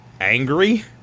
angry